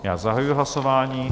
Já zahajuji hlasování.